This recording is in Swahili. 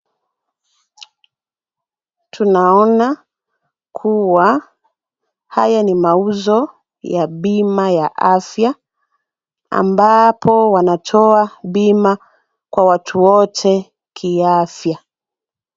Tunaona kuwa, haya ni mauzo ya bima ya afya ambapo wanatoa bima kwa watu wote kiafya.